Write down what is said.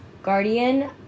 guardian